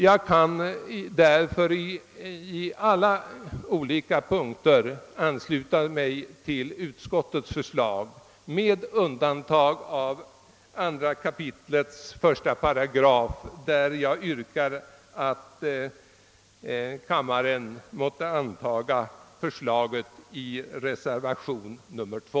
Jag kan därför på alla olika punkter ansluta mig till utskottets förslag med undantag för 2 kap. 1 §, där jag yrkar att kammaren måtte anta det förslag som är framfört i reservation 2.